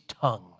tongue